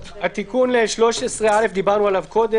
אותה התקהלות לא יכולה להיות בשתי קפסולות.